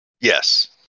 Yes